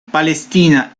palestina